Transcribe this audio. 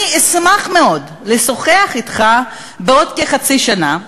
אני אשמח מאוד לשוחח אתך בעוד כחצי שנה,